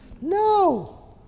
No